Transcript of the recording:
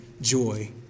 joy